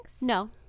No